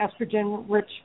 estrogen-rich